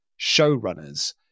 showrunners